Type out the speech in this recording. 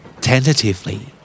Tentatively